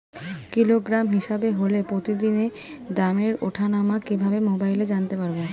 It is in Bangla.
কিলোগ্রাম হিসাবে হলে প্রতিদিনের দামের ওঠানামা কিভাবে মোবাইলে জানতে পারবো?